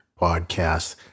podcast